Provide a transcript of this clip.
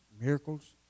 miracles